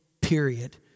period